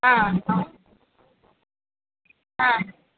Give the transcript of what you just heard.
ಹಾಂ ಹಾಂ